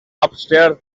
upstairs